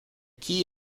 key